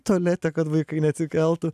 tualete kad vaikai neatsikeltų